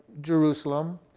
Jerusalem